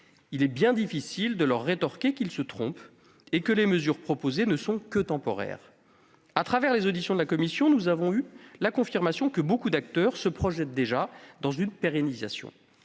Il est bien difficile de leur rétorquer qu'ils se trompent et que les mesures proposées ne sont que temporaires. À travers les auditions de la commission, nous avons eu la confirmation que beaucoup d'acteurs se projettent déjà dans une pérennisation.